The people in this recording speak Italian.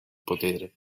potere